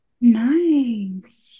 Nice